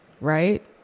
right